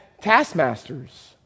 taskmasters